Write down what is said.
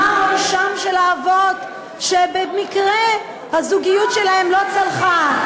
מה עונשם של האבות שבמקרה הזוגיות שלהם לא צלחה?